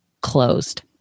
Closed